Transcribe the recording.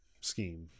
scheme